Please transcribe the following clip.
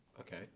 Okay